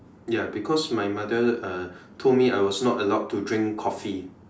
ya because my mother uh told me I was not allowed to drink coffee